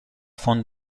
font